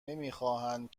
نمیخواهند